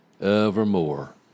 evermore